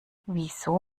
wieso